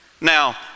Now